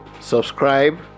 subscribe